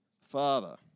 Father